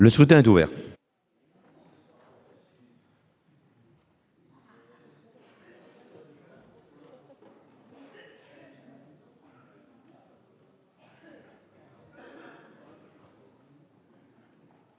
Le scrutin est ouvert.